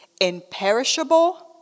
imperishable